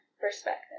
perspective